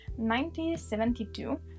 1972